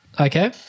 Okay